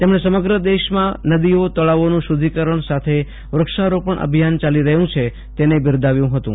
તેમણે સમગ્ર દેશમાં નદીઓ તળાવોનું શક્તિકરણ સાથે વૃક્ષારોપણ અભિયાન ચાલી રહ્યું છે તેને બિરદાવ્યું હતું